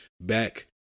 back